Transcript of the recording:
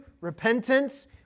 repentance